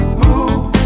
move